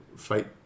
fight